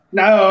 no